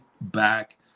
back